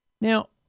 Now